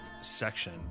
section